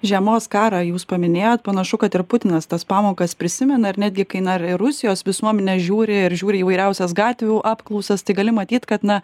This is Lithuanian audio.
žiemos karą jūs paminėjot panašu kad ir putinas tas pamokas prisimena ir netgi kai na ir rusijos visuomenė žiūri ir žiūri įvairiausias gatvių apklausas tai gali matyt kad na